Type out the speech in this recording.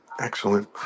Excellent